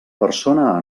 persona